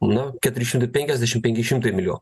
nu keturi šimtai penkiasdešim penki šimtai milio